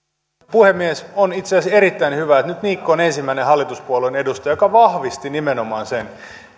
puhemies on itse asiassa erittäin hyvä että nyt niikko ensimmäisenä hallituspuolueen edustajana vahvisti nimenomaan sen